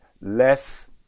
less